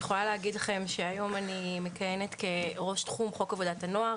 אני יכולה להגיד לכם שהיום אני מכהנת כראש תחום חוק עבודת הנוער